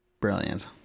Brilliant